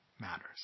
matters